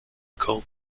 called